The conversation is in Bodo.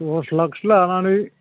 दस लाखसो लानानै